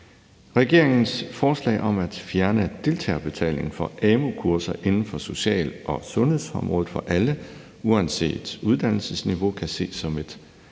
Regeringens forslag om at fjerne deltagerbetalingen for amu-kurser inden for social- og sundhedsområdet for alle uanset uddannelsesniveau kan ses som et